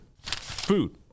food